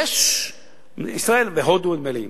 יש ישראל והודו, נדמה לי.